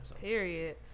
Period